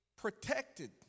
protected